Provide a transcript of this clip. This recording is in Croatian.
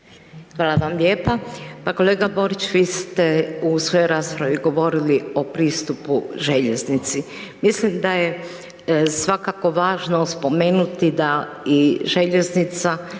Ljubica (HDZ)** Pa kolega Borić vi ste u svojoj raspravi govorili o pristupu željeznici. Mislim da je svakako važno spomenuti da i željeznica